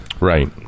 Right